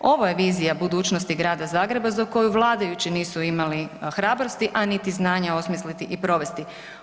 Ovo je vizija budućnosti grada Zagreba za koju vladajući nisu imali hrabrosti a niti znanja osmisliti i provesti.